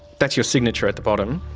that's your signature at the bottom.